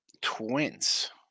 Twins